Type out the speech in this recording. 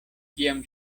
kiam